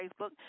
Facebook